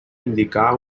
indicar